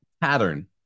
pattern